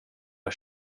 jag